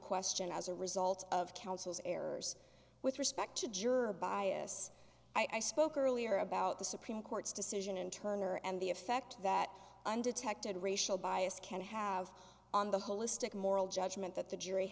question as a result of counsel's errors with respect to juror bias i spoke earlier about the supreme court's decision and turner and the effect that undetected racial bias can have on the holistic moral judgment that the jury